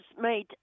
made